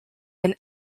been